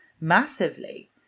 massively